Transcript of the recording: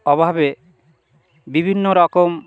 অভাবে বিভিন্ন রকম